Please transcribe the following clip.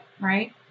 right